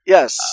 Yes